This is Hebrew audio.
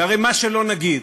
שהרי מה שלא נגיד,